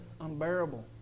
unbearable